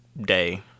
day